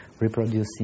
reproducing